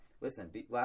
Listen